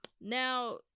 now